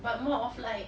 but more of like